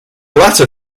latter